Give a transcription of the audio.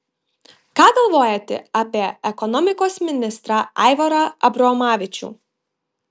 ką galvojate apie ekonomikos ministrą aivarą abromavičių